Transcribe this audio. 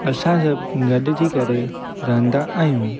असां सभु गॾिजी करे रहंदा आहियूं